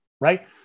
right